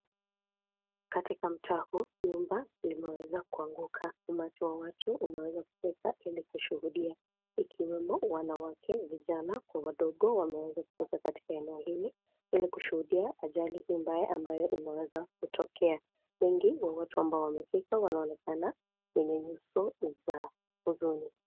Katika mtaa huu, nyumba, limeweza kuanguka, umati wa watu, umeweza kufika ili kushuhudia, ikiwemo wanawake, vijana kwa wadogo, wameweza kutola katika eneo hili, ili kushuhudia ajali hii mbaya ambayo imeweza kutokea, wengi wa watu ambao wametokea wanaonekana wenye nyuso za huzuni.